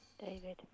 David